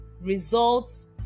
results